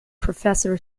professor